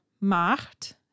macht